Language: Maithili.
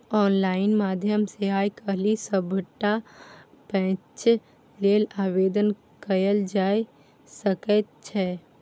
आनलाइन माध्यम सँ आय काल्हि सभटा पैंच लेल आवेदन कएल जाए सकैत छै